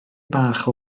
bach